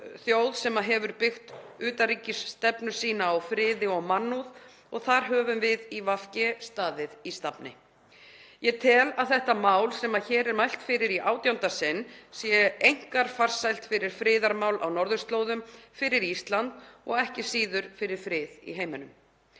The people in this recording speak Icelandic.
þjóð sem hefur byggt utanríkisstefnu sína á friði og mannúð og þar höfum við í VG staðið í stafni. Ég tel að þetta mál sem hér er mælt fyrir í átjánda sinn sé einkar farsælt fyrir friðarmál á norðurslóðum, fyrir Ísland og ekki síður fyrir frið í heiminum.